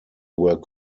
were